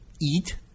eat